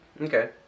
Okay